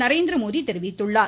நரேந்திரமோடி தெரிவித்துள்ளார்